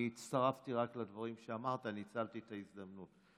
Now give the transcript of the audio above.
אני הצטרפתי רק לדברים שאמרת, ניצלתי את ההזדמנות.